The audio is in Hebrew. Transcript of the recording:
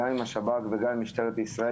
גם עם השב"כ וגם עם משטרת ישראל,